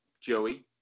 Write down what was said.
Joey